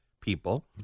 people